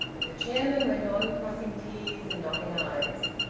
the chairman went on crossing t's and dotting i's.